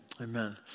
Amen